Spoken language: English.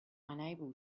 unable